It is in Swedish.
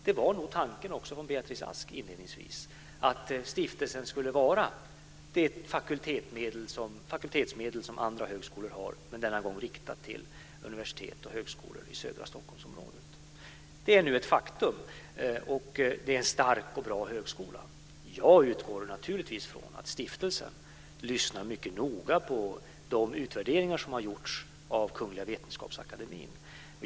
Det var nog tanken också från Beatrice Ask inledningsvis att stiftelsen skulle svara för de fakultetsmedel som andra högskolor har men denna gång riktat till universitet och högskolor i södra Stockholmsområdet. Det är nu ett faktum, och det är en stark och bra högskola. Jag utgår naturligtvis ifrån att stiftelsen lyssnar mycket noga på de utvärderingar som har gjorts av Kungl. Vetenskapsakademien.